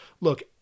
look